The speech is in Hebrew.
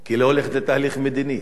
כי היא לא הולכת לתהליך מדיני,